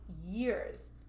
years